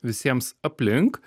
visiems aplink